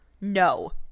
No